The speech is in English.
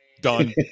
Done